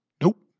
Nope